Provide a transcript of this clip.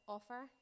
Offer